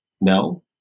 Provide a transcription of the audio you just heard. No